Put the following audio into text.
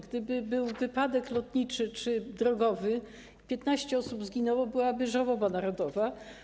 Gdyby był wypadek lotniczy czy drogowy i 15 osób by zginęło, to byłaby żałoba narodowa.